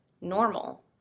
normal